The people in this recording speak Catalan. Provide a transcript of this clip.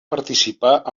participar